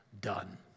done